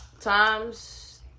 times